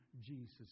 Jesus